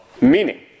meaning